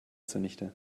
zunichte